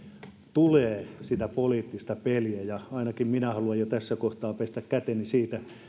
tulee sitä poliittista peliä ja ainakin minä haluan jo tässä kohtaa pestä käteni siitä